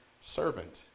servant